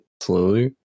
slowly